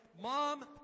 Mom